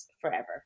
forever